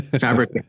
fabric